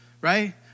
right